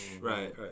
Right